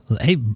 hey